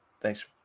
Thanks